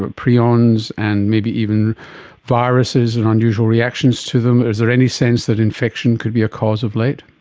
but prions and maybe even viruses and unusual reactions to them. is there any sense that infection could be a cause of late?